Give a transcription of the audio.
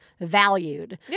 valued